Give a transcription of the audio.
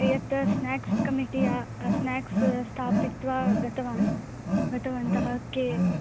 एतत् snacks committee snacks स्थापयित्वा गतवान् गतवन्तः के